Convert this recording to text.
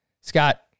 Scott